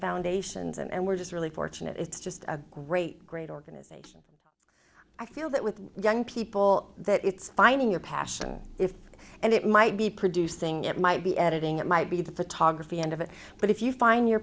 foundations and we're just really fortunate it's just a great great organization i know that with young people it's finding your passion and it might be producing it might be editing it might be the photography end of it but if you find your